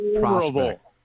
prospect